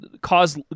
cause